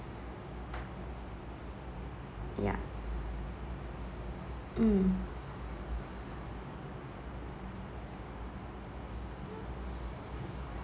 yup mm